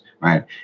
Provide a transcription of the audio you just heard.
right